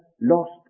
lost